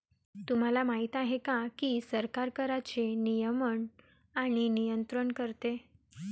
तुम्हाला माहिती आहे का की सरकार कराचे नियमन आणि नियंत्रण करते